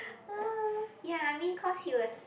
uh ya I mean cause he was